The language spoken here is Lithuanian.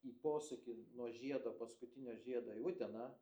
į posūkį nuo žiedo paskutinio žiedo į uteną